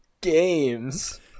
games